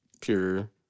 pure